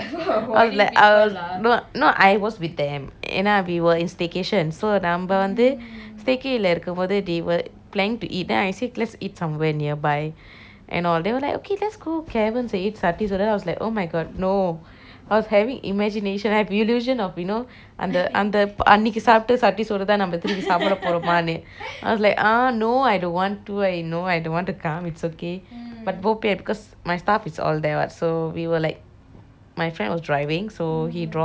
no no I was with them ஏனா:yenna we were in staycation so நம்ம வந்து:nambe vanthu staycay ல இருக்கும்போது:le irukumpothu they were planning to eat then I say let's eat somewhere nearby and all they were like okay let's go caverns and eat satti soru sorru I was like oh my god no I was having imagination I have illusion of you know அந்த அந்த அன்னிக்கி சாப்பிட்ட சட்டி சோறுதான் திருப்பி சாப்பிட போறோமானு:anthe anthe anniki saapte satti sorrutaan thiruppi saapde poromanu I was like ah no I don't want to I no I don't want to come it's okay but bo pian because my stuff it's all there [what] so we were like my friend was driving so he drop he drove us there lah